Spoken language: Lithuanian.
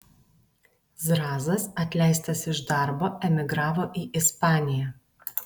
zrazas atleistas iš darbo emigravo į ispaniją